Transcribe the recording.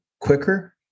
quicker